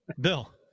Bill